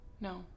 No